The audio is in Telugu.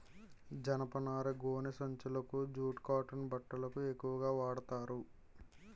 జనపనార గోనె సంచులకు జూట్ కాటన్ బట్టలకు ఎక్కువుగా వాడతారు